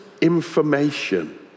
information